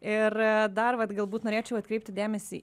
ir dar vat galbūt norėčiau atkreipti dėmesį